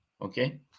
Okay